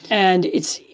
and it's